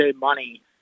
money